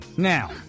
Now